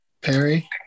perry